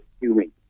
human